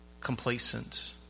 complacent